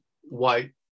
white